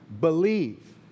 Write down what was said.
believe